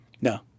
No